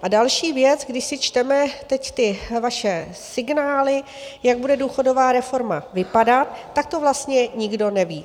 A další věc, když si čteme teď ty vaše signály, jak bude důchodová reforma vypadat, tak to vlastně nikdo neví.